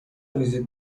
ویزیت